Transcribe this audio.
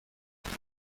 کنید